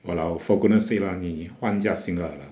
!walao! for goodness sake lah 你换一架新的 lah